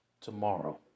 tomorrow